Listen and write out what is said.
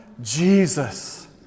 Jesus